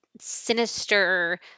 sinister